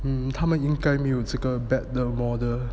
mm 他们应该没有这个 bat 的 model